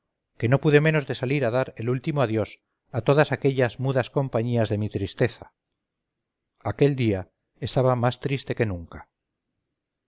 que no pude menos de salir a dar el último adiós a todas aquellas mudas compañías de mi tristeza aquel día estaba más triste que nunca